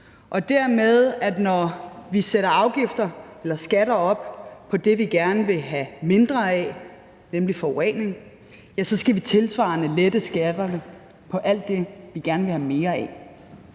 og dermed, at når vi sætter afgifter eller skatter op på det, vi gerne vil have mindre af, nemlig forurening, ja, så skal vi tilsvarende lette skatterne på alt det, vi gerne vil have mere af.